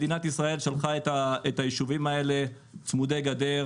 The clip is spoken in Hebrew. מדינת ישראל שלחה את היישובים האלה לשבת צמוד על הגדר.